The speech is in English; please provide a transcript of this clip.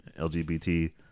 LGBT